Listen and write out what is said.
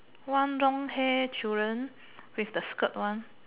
one long hair children with the skirt one